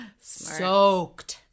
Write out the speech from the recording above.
Soaked